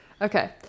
Okay